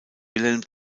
wilhelm